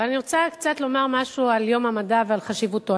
אבל אני רוצה לומר משהו על יום המדע ועל חשיבותו.